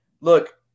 Look